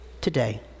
today